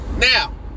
Now